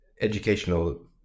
educational